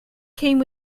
came